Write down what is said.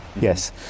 yes